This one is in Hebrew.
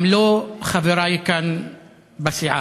גם לא חברי כאן בסיעה,